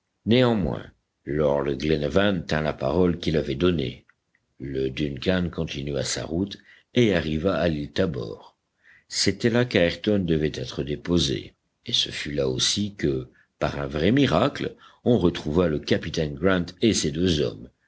néanmoins lord glenarvan tint la parole qu'il avait donnée le duncan continua sa route et arriva à l'île tabor c'était là qu'ayrton devait être déposé et ce fut là aussi que par un vrai miracle on retrouva le capitaine grant et ses deux hommes